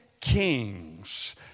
Kings